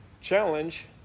challenge